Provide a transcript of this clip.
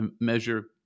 measure